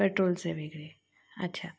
पेट्रोलचे वेगळे अच्छा